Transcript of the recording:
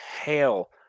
hell